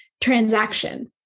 transaction